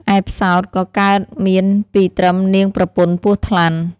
ឯផ្សោតក៏កើតមានពីត្រឹមនាងប្រពន្ធពស់ថ្លាន់។